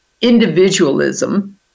individualism